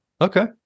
Okay